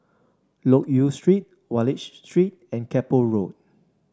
Loke Yew Street Wallich Street and Keppel Road